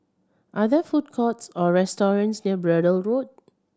are there food courts or restaurants near Braddell Road